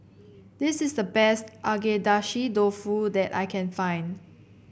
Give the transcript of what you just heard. this is the best Agedashi Dofu that I can find